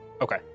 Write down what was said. Okay